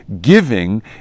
Giving